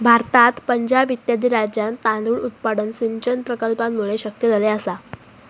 भारतात पंजाब इत्यादी राज्यांत तांदूळ उत्पादन सिंचन प्रकल्पांमुळे शक्य झाले आसा